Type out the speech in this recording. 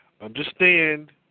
understand